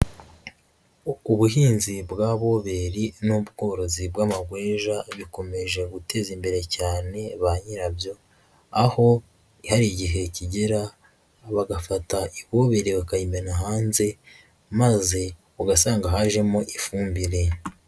Ubuhinzi bwa boberi n'ubworozi bw'amabuweja bikomeje guteza imbere cyane ba nyirabyo aho hari igihe kigera bagafata iboberi bakayimena hanze maze ugasanga hajemo ifumbire.